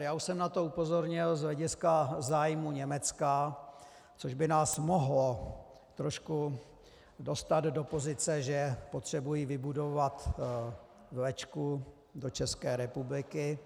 Už jsem na to upozornil z hlediska zájmů Německa, což by nás mohlo trošku dostat do pozice, že potřebují vybudovat vlečku do České republiky.